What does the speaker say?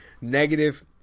negative